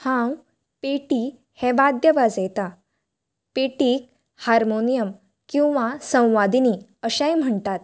हांव पेटी हें वाद्य वाजयतां पेटी हारमोनियम किंवा संवादिनी अशेंय म्हणटात